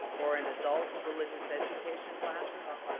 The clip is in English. or in adult religious education classes.